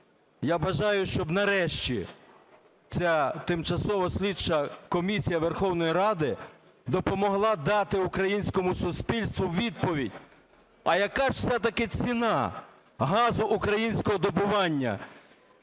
Я бажаю, щоб нарешті ця Тимчасова слідча комісія Верховної Ради допомогла дати українському суспільству відповідь: а яка ж все-таки ціна газу українського добування,